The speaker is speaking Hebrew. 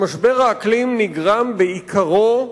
שמשבר האקלים נגרם בעיקרו,